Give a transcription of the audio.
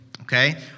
okay